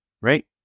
Right